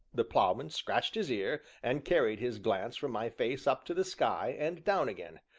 the ploughman scratched his ear, and carried his glance from my face up to the sky, and down again.